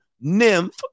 nymph